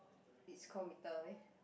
it's called meter meh